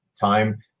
time